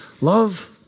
Love